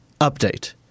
update